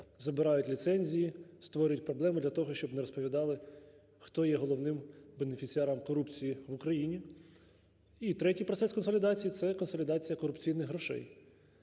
забирають ліцензії, створюють проблеми для того, щоб не розповідали, хто є головним бенефіціаром корупції в Україні. І третій процес консолідації – це консолідація корупційних грошей,